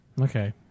Okay